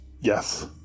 Yes